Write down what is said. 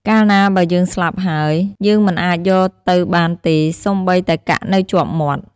កាលណាបើយើងស្លាប់ហើយ យើងមិនអាចយកទៅបានទេសូម្បីតែកាក់នៅជាប់មាត់។